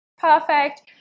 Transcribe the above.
perfect